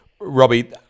Robbie